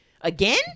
Again